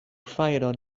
fajron